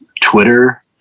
Twitter